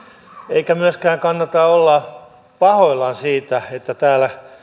eikä myöskään kannata olla pahoillaan siitä että täällä